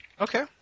Okay